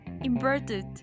inverted